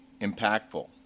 impactful